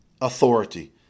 authority